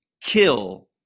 kill